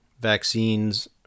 vaccines